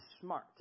smart